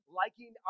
liking